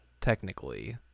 technically